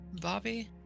Bobby